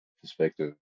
perspective